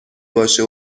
باشه